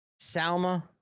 Salma